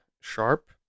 Sharp